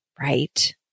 Right